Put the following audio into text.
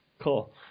Cool